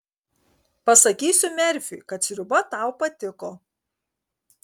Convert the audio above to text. pasakysiu merfiui kad sriuba tau patiko